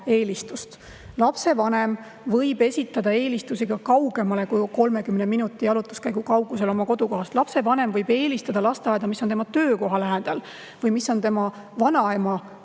Lapsevanem võib esitada eelistusi ka kaugemale kui 30 minuti jalutuskäigu kaugusele oma kodukohast. Lapsevanem võib eelistada lasteaeda, mis on tema töökoha lähedal või mis on [lapse] vanaema